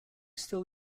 still